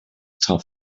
tough